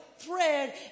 thread